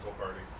party